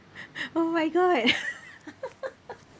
oh my god